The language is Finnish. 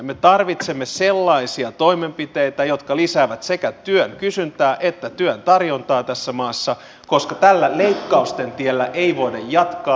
me tarvitsemme sellaisia toimenpiteitä jotka lisäävät sekä työn kysyntää että työn tarjontaa tässä maassa koska tällä leikkausten tiellä ei voida jatkaa